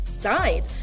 died